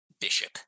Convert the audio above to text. Bishop